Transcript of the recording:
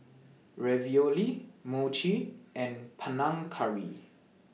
Ravioli Mochi and Panang Curry